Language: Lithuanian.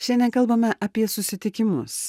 šiandien kalbame apie susitikimus